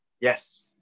Yes